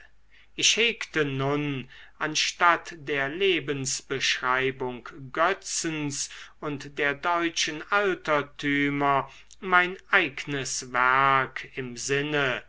ich hegte nun anstatt der lebensbeschreibung götzens und der deutschen altertümer mein eignes werk im sinne